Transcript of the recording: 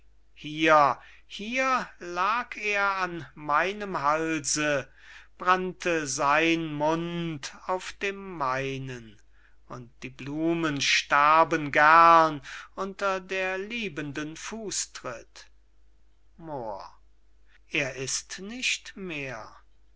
hier hier lag er an meinem halse brannte sein mund auf dem meinen und die blumen starben gern unter der liebenden fußtritt moor er ist nicht mehr